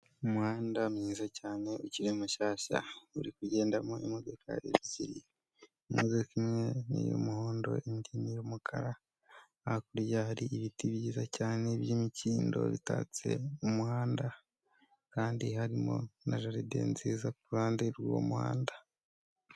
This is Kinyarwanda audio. Umuhanda mwiza cyane ukiri mushyashya uri kugendamo imodoka ebyiri, imodoka kimwe ni iy'umuhondo indi ni iy'umukara, hakurya hari ibiti byiza cyane by'imikindo bitatse umuhanda, kandi harimo na jaride nziza kuruhande rw'uwo muhanda.